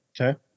okay